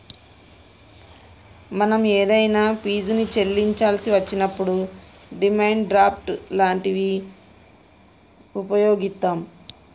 మనం ఏదైనా ఫీజుని చెల్లించాల్సి వచ్చినప్పుడు డిమాండ్ డ్రాఫ్ట్ లాంటివి వుపయోగిత్తాం